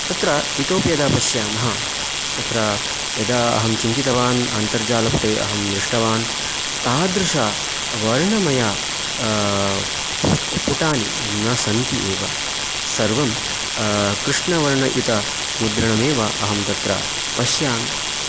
तत्र इतोपि यदा पश्यामः तत्र यदा अहं चिन्तितवान् अन्तर्जालपुटे अहं दृष्टवान् तादृश वर्णमय पुष्ट पुटानि न सन्ति एव सर्वं कृष्णवर्णयुतमुद्रणम् एव अहं तत्र पश्यामि